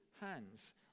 hands